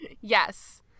yes